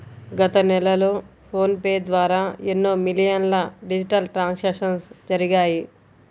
గత నెలలో PhonePe ద్వారా ఎన్నో మిలియన్ల డిజిటల్ ట్రాన్సాక్షన్స్ జరిగాయి